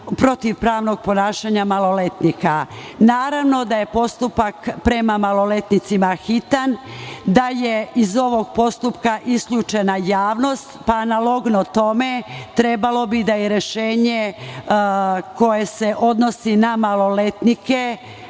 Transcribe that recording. protivpravnog ponašanja maloletnika. Naravno da je postupak prema maloletnicima hitan, da je iz ovog postupka isključena javnost, pa analogno tome trebalo bi da rešenje koje se odnosi na maloletnike